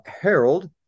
Harold